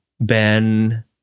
Ben